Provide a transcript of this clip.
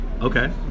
Okay